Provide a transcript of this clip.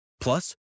Plus